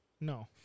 No